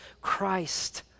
Christ